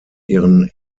ihren